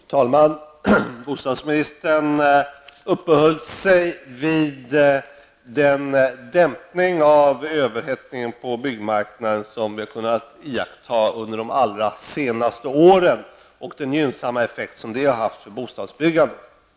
Fru talman! Bostadsministern uppehöll sig vid den dämpning av överhettningen på byggmarknaden som vi har kunnat iaktta under de allra senaste åren och den gynnsamma effekt det har haft för bostadsbyggandet.